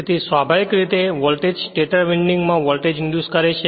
તેથી સ્વાભાવિક રીતે કે વોલ્ટેજ સ્ટેટર વિન્ડિંગ માં વોલ્ટેજ ઇંડ્યુસ કરે છે